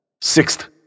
Sixth